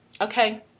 Okay